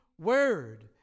Word